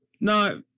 no